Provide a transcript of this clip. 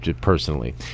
personally